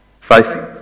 Faith